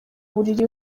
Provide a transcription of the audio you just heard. mubiri